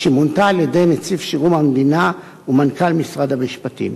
שמונתה על-ידי נציב שירות המדינה ומנכ"ל משרד המשפטים.